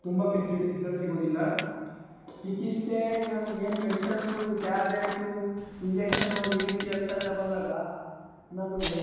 ತುಂಬ ಪೆಸಿಲಿಟೀಸ್ಗಳು ಸಿಗೋದಿಲ್ಲ ಚಿಕಿತ್ಸೆ ಈಗ ನಮ್ಗೇನು ಮೆಡಿಸನ್ಸು ಟ್ಯಾಬ್ಲೆಟ್ಸು ಇಂಜೆಕ್ಷನ್ನು ಈ ರೀತಿ ಅಂತ ಎಲ್ಲ ಬಂದಾಗ ನಮಗೆ